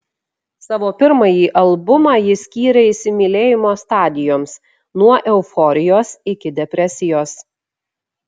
savo pirmąjį albumą ji skyrė įsimylėjimo stadijoms nuo euforijos iki depresijos